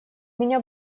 меня